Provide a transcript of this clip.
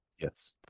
Yes